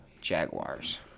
Jaguars